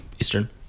eastern